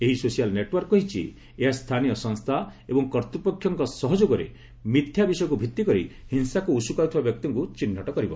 ଏହି social network କହିଛି ଏହା ସ୍ଥାନୀୟ ସଂସ୍ଥା ଏବଂ କର୍ତ୍ତୃପକ୍ଷଙ୍କ ସହଯୋଗରେ ମିଥ୍ୟା ବିଷୟକୁ ଭିତ୍ତି କରି ହିଂସାକୁ ଉସୁକାଉଥିବା ବ୍ୟକ୍ତିଙ୍କୁ ଚିହ୍ନଟ କରିବ